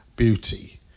Beauty